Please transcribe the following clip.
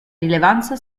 rilevanza